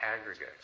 aggregates